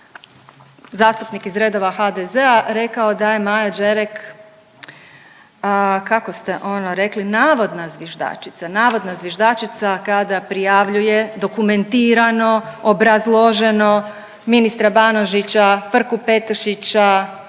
zastupnik iz redova HDZ-a rekao da je Maja Đerek kako ste ono rekli navodna zviždačica, navodna zviždačica kada prijavljuje dokumentirano obrazloženo ministra Banožića, Frku Petešića,